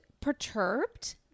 perturbed